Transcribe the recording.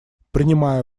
принимая